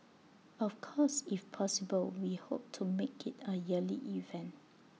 of course if possible we hope to make IT A yearly event